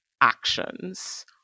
actions